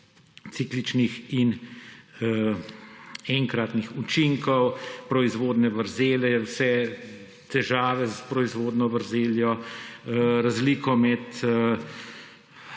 cikličnih in enkratnih učinkov, proizvodnje vrzeli, vse težave s proizvodno vrzeljo, razliko med,